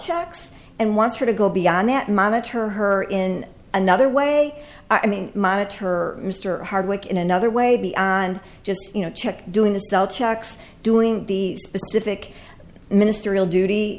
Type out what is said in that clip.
checks and wants her to go beyond that monitor her in another way i mean moniteur mr hardwick in another way beyond just you know check doing the cell checks doing the specific ministerial duty